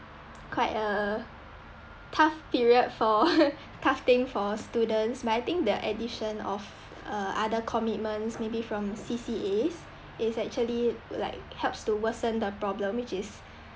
quite a tough period for tough period for tough thing for students but I think the addition of uh other commitments maybe from C_C_As is actually like helps to worsen the problem which is